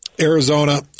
Arizona